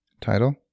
Title